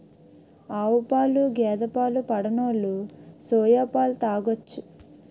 ఆవుపాలు గేదె పాలు పడనోలు సోయా పాలు తాగొచ్చు